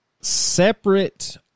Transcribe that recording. separate